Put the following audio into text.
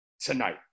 tonight